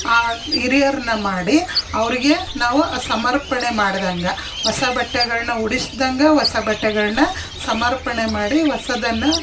ಆ ಹಿರಿಯರ್ನ ಮಾಡಿ ಅವರಿಗೆ ನಾವು ಸಮರ್ಪಣೆ ಮಾಡ್ದಂಗೆ ಹೊಸ ಬಟ್ಟೆಗಳನ್ನ ಉಡಿಸ್ದಂಗೆ ಹೊಸ ಬಟ್ಟೆಗಳನ್ನ ಸಮರ್ಪಣೆ ಮಾಡಿ ಹೊಸದನ್ನ